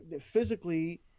physically